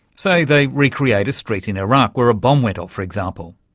say they recreate a street in iraq where a bomb went off, for example.